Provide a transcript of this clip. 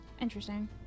Interesting